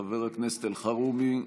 חבר הכנסת אלחרומי.